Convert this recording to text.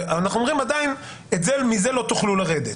ואנחנו אומרים עדיין מזה לא תוכלו לרדת.